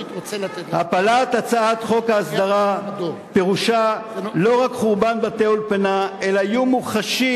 הפלת הצעת חוק ההסדרה פירושה לא רק חורבן בתי האולפנה אלא איום מוחשי,